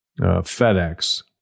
FedEx